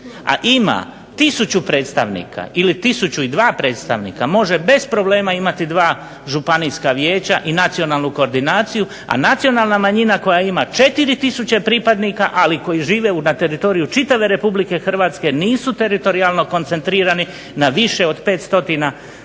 a ima 1000 predstavnika ili 1002 predstavnika može bez problema imati dva županijska vijeća i nacionalnu koordinaciju a nacionalna manjina koja ima 4 tisuće pripadnika koji žive na teritoriju čitave Republike Hrvatske, nisu teritorijalno koncentrirani na više od 500